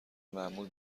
معمول